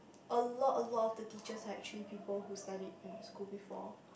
a lot a lot of the teachers are actually people who studied in the school before